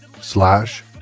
slash